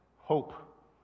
Hope